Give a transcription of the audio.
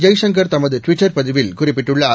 ஜெய்சங்கர் தமது ட்விட்டர் பதிவில் குறிப்பிட்டுள்ளார்